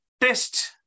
test